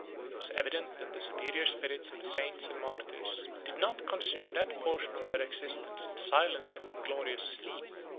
it was evident that the superior spirits of the saints and martyrs did not consume that portion of their existence in silent and inglorious sleep.